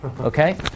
Okay